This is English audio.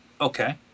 Okay